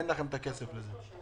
אין לכם את הכסף לזה.